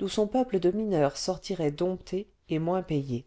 d'où son peuple de mineurs sortirait dompté et moins payé